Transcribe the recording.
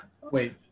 Wait